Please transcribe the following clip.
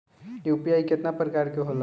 UPI केतना प्रकार के होला?